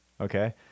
Okay